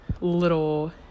little